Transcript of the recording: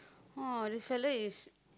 !wah! this fella is